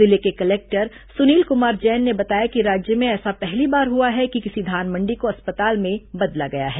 जिले के कलेक्टर सुनील कुमार जैन ने बताया कि राज्य में ऐसा पहली बार हुआ है कि किसी धान मंडी को अस्पताल में बदला गया है